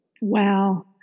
Wow